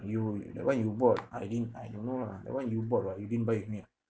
you that one you bought I didn't I don't know lah that one you bought [what] you didn't buy with me ah